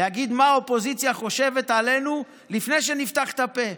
להגיד מה האופוזיציה חושבת עלינו לפני שנפתח את הפה.